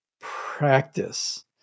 practice